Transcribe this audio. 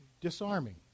disarming